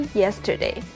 yesterday